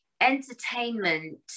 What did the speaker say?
entertainment